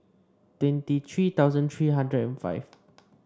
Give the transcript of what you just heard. twenty three thousand three hundred and five